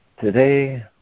Today